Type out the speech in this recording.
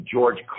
George